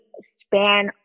span